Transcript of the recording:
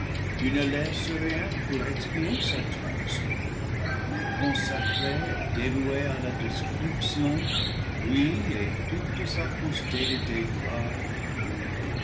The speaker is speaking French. ne laisse rien pour expier sa trahison mais consacré et dévoué à la destruction lui et toute sa postérité doivent